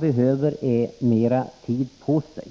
behöver dessutom mera tid på sig.